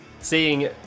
Seeing